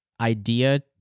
idea